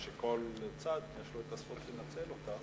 שכל צד יש לו הזכות לנצל אותה.